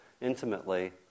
intimately